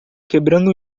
quebrando